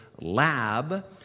lab